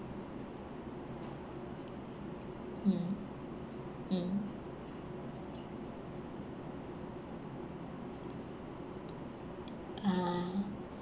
hmm mm ah